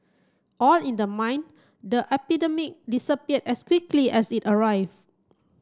all in the mind the epidemic disappear as quickly as it arrive